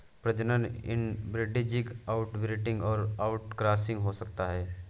प्रजनन inbreeding, outbreeding और outcrossing हो सकता है